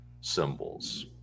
symbols